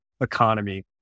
economy